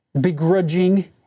begrudging